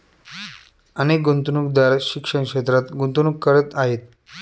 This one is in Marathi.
अनेक गुंतवणूकदार शिक्षण क्षेत्रात गुंतवणूक करत आहेत